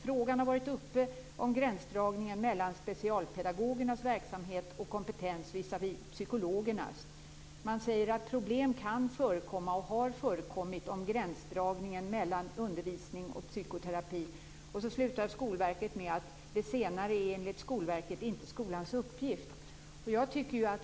Frågan om gränsdragning mellan specialpedagogernas verksamhet och kompetens visavi psykologernas har varit uppe. Man säger att det kan förekomma - och har förekommit - problem vid gränsdragningen mellan undervisning och psykoterapi. Så slutar Skolverket med: Det senare är enligt Skolverket inte skolans uppgift.